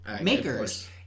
makers